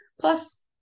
Plus